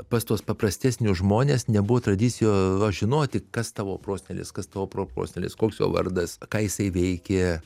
pas tuos paprastesnius žmones nebuvo tradicijų žinoti kas tavo prosenelis kas tavo proprosenelis koks jo vardas ką jisai veikė